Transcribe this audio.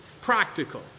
practical